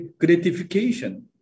gratification